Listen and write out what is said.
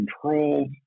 controlled